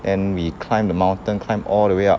and we climbed the mountain climb all the way up